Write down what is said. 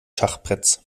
schachbretts